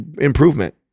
improvement